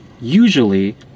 usually